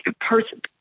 person